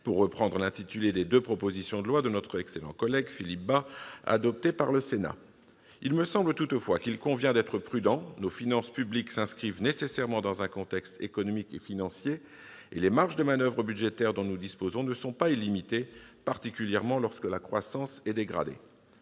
des termes des intitulés des deux propositions de loi de notre excellent collègue Philippe Bas que le Sénat a adoptées. Il me semble toutefois qu'il convient d'être prudent : nos finances publiques s'inscrivent nécessairement dans un contexte économique et financier, et les marges de manoeuvre budgétaires dont nous disposons ne sont pas illimitées, particulièrement lorsque la croissance est dégradée.